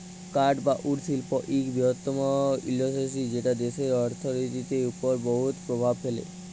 কাঠ বা উড শিল্প ইক বিরহত্তম ইল্ডাসটিরি যেট দ্যাশের অথ্থলিতির উপর বহুত পরভাব ফেলে